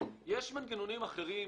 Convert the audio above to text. יש מנגנונים אחרים,